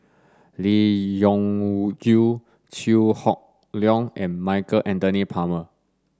Lee Wrung Yew Chew Hock Leong and Michael Anthony Palmer